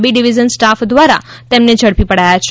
Godhra B division staff દ્વારા તેમને ઝડપી પડાથા છે